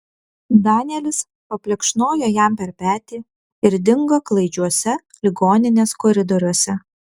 danielis paplekšnojo jam per petį ir dingo klaidžiuose ligoninės koridoriuose